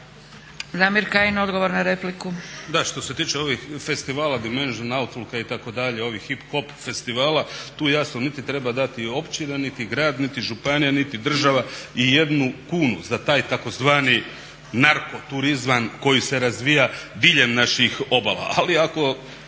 **Kajin, Damir (ID - DI)** Da, što se tiče ovih festivala …/Govornik se ne razumije./… itd. ovih hip hop festivala tu jasno niti treba dati općina, niti grad, niti županija, niti država i jednu kunu za taj tzv. narko turizam koji se razvija diljem naših obala. Ali ako